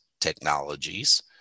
technologies